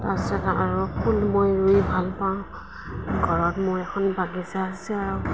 তাৰপাছত আৰু ফুল মই ৰুই ভাল পাওঁ ঘৰত মোৰ এখন বাগিচা আছে আৰু